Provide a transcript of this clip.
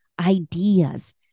ideas